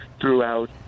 throughout